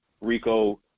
Rico